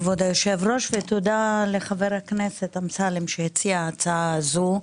כבוד היושב-ראש ותודה לחבר הכנסת אמסלם שהציע הצעה הזו,